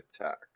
attack